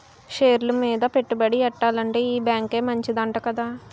షేర్లు మీద పెట్టుబడి ఎట్టాలంటే ఈ బేంకే మంచిదంట కదా